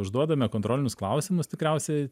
užduodame kontrolinius klausimus tikriausiai